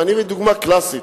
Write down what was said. אני אביא דוגמה קלאסית.